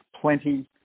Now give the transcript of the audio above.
plenty